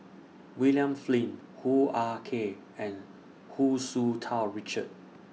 William Flint Hoo Ah Kay and Hu Tsu Tau Richard